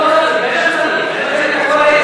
מה "לא צריך"?